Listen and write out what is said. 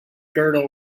girdle